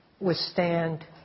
withstand